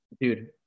Dude